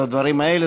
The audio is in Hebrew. על הדברים האלה.